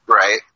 Right